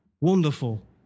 Wonderful